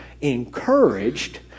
encouraged